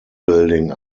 building